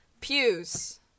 pews